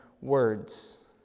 words